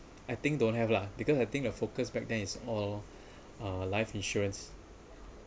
I think don't have lah because I think the focus back then is all uh life insurance